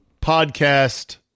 podcast